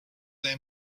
they